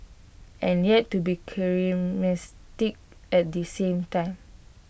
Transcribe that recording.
and yet to be charismatic at the same time